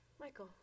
Michael